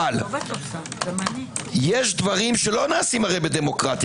אבל יש דברים שלא נעשים בדמוקרטיה.